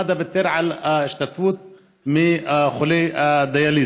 ומד"א ויתר על ההשתתפות של חולי הדיאליזה.